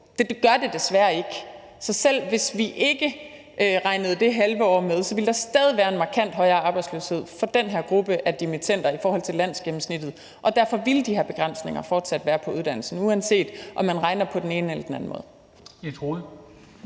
Det gør de desværre ikke. Så selv hvis vi ikke regnede det halve år med, ville der stadig være en markant højere arbejdsløshed for den her gruppe dimittender i forhold til landsgennemsnittet. Derfor ville de her begrænsninger fortsat være på uddannelsen, uanset om man regner på den ene eller den anden måde.